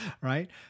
Right